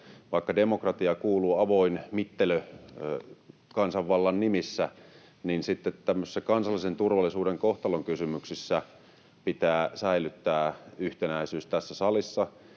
vaikka de-mokratiaan kuuluu avoin mittelö kansanvallan nimissä, niin sitten tämmöisissä kansallisen turvallisuuden kohtalonkysymyksissä pitää säilyttää yhtenäisyys tässä salissa.